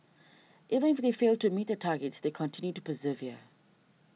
even if they failed to meet their targets they continue to persevere